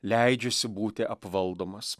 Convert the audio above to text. leidžiasi būti apvaldomas